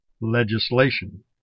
legislation